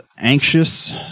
anxious